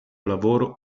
lavoro